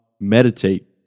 meditate